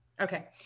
Okay